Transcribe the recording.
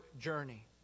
journey